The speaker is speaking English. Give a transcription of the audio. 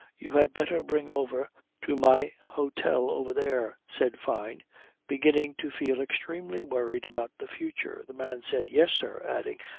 you had better bring over to my hotel over there, said fyne beginning to feel extremely worried about the future. the man said yes, sir, adding,